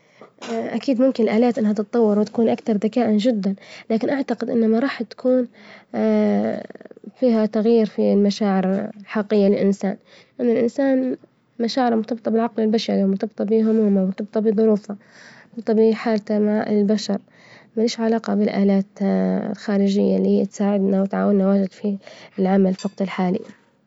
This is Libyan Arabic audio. أكيد ممكن الآلات إنها تتطور وتكون أكتر ذكاءا جدا، لكن أعتقد إنه ما راح تكون فيها تغيير في المشاعر الحقيقية للإنسان، لأن الإنسان مشاعره مرتبطة بالعقل البشري، مرتبطة بهمومه، مرتبطة بظروفه، مرتبطة بحالته مع البشر، ما ليش علاقة بالآلات الخارجية إللي هي تساعدنا وتعاونا في العمل، في وقت الحالي.